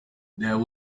there